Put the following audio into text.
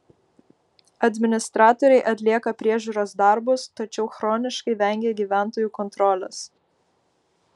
administratoriai atlieka priežiūros darbus tačiau chroniškai vengia gyventojų kontrolės